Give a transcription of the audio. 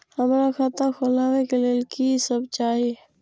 हमरा खाता खोलावे के लेल की सब चाही?